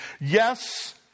Yes